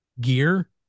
gear